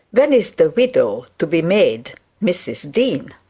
when is the widow to be made mrs dean